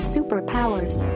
Superpowers